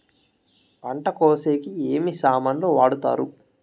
పంట కోసేకి ఏమి సామాన్లు వాడుతారు?